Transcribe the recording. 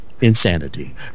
Insanity